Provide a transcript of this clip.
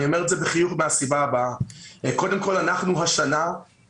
אני אומר את זה בחיוך בגלל שאנחנו השנה הגדלנו